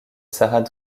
sarah